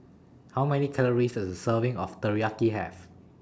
How Many Calories Does A Serving of Teriyaki Have